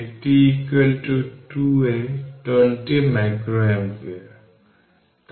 সেই Ceq হবে 1C1 1C2 1C3 একটি পাওয়ার এর সমান 1 যা 10 মাইক্রো ফ্যারাড দেবে কারণ এই 2টি প্যারালাল